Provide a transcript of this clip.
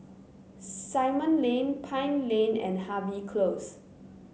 Simon Lane Pine Lane and Harvey Close